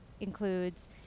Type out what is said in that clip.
includes